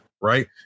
Right